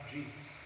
Jesus